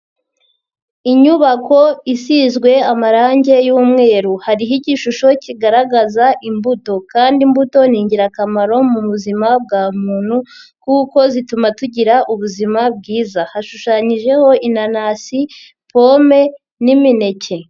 Inyubako isizwe amarangi y'umweru, hariho igishusho kigaragaza imbuto kandi imbuto ni ingirakamaro mu buzima bwa muntu kuko zituma tugira ubuzima bwiza, hashushanyijeho inanasi, pome n'imineke.